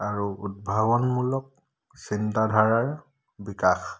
আৰু উদ্ভাৱনমূলক চিন্তাধাৰাৰ বিকাশ